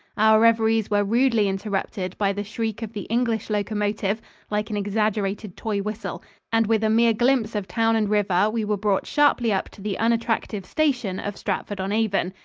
our reveries were rudely interrupted by the shriek of the english locomotive like an exaggerated toy whistle and, with a mere glimpse of town and river, we were brought sharply up to the unattractive station of stratford-on-avon.